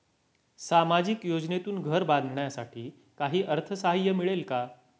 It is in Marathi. सामाजिक योजनेतून घर बांधण्यासाठी काही अर्थसहाय्य मिळेल का?